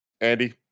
Andy